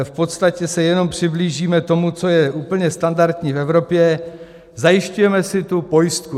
V podstatě se jenom přiblížíme tomu, co je úplně standardní v Evropě zajišťujeme si tu pojistku.